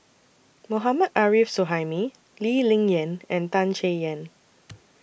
Mohammad Arif Suhaimi Lee Ling Yen and Tan Chay Yan